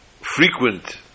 frequent